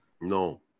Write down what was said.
No